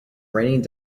raining